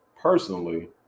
personally